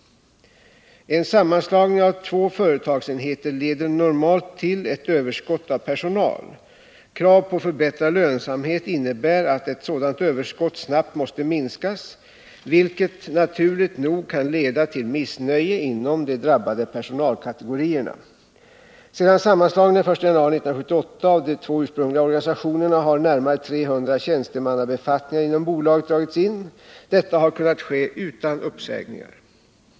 En sammanslagning av två företagsenheter leder normalt till ett överskott av personal. Krav på förbättrad lönsamhet innebär att ett sådant överskott snabbt måste minskas, vilket naturligt nog kan leda till missnöje inom de drabbade personalkategorierna. Sedan sammanslagningen den 1 januari 1978 av de två ursprungliga organisationerna har närmare 300 tjänstemannabefattningar inom bolaget dragits in. Detta har kunnat ske utan uppsägningar.